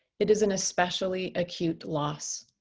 it is an especially acute loss.